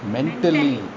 Mentally